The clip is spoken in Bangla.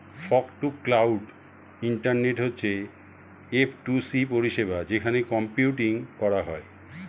ফগ টু ক্লাউড ইন্টারনেট হচ্ছে এফ টু সি পরিষেবা যেখানে কম্পিউটিং করা হয়